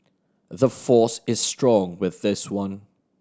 the force is strong with this one